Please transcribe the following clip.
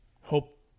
hope